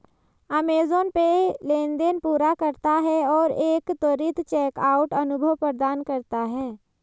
Amazon Pay लेनदेन पूरा करता है और एक त्वरित चेकआउट अनुभव प्रदान करता है